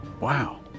Wow